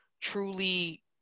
truly